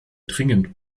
dringend